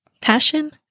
Passion